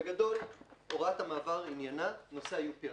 הוראת המעבר עניינה נושא ה-UPRT,